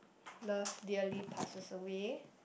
love dearly passes away